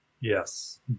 Yes